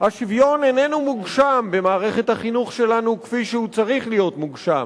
השוויון איננו מוגשם במערכת החינוך שלנו כפי שהוא צריך להיות מוגשם.